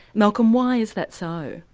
malcolm, why is that so?